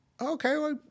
okay